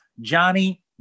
Johnny